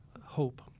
hope